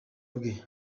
bwe